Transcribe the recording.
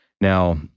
Now